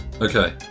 Okay